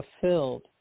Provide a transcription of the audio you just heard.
fulfilled